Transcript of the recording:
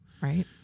Right